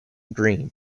green